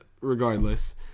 regardless